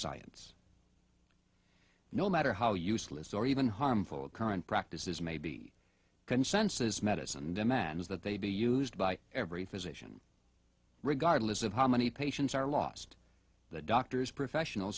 science no matter how useless or even harmful current practices may be consensus medicine demands that they be used by every physician regardless of how many patients are lost the doctor's professional